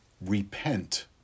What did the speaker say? Repent